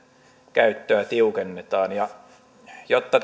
käyttöä tiukennetaan jotta